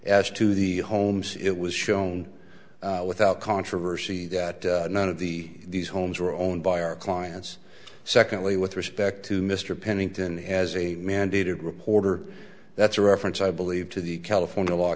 as to the homes it was shown without controversy that none of the these homes were owned by our clients secondly with respect to mr pennington as a mandated reporter that's a reference i believe to the california law